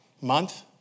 month